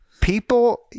People